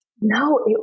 No